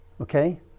Okay